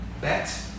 Bet